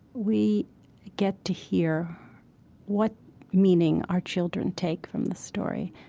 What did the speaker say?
we get to hear what meaning our children take from the story,